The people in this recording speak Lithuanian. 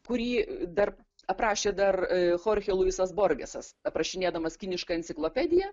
kurį dar aprašė dar chorke luisas borgesas aprašinėdamas kinišką enciklopediją